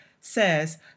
says